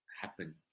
happen